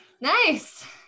nice